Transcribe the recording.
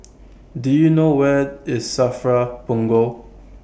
Do YOU know Where IS SAFRA Punggol